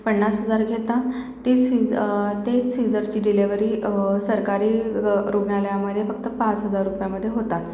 पन्नास हजार घेता ते सिझ ते सीझरची डिलेव्हरी सरकारी रुग्णालयामध्ये फक्त पाच हजार रुपयामधे होतात